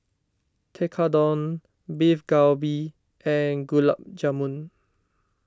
Tekkadon Beef Galbi and Gulab Jamun